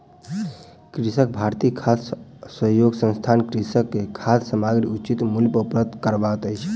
कृषक भारती खाद्य सहयोग संस्थान कृषक के खाद्य सामग्री उचित मूल्य पर उपलब्ध करबैत अछि